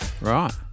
Right